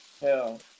Hell